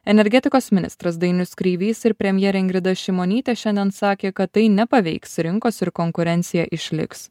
energetikos ministras dainius kreivys ir premjerė ingrida šimonytė šiandien sakė kad tai nepaveiks rinkos ir konkurencija išliks